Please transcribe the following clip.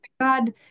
God